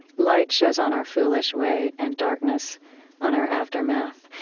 light shows on our foolish way and darkness on our aftermath.